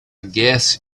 guess